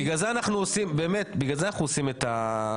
בגלל זה אנחנו עושים את החוק,